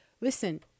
Listen